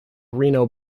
reno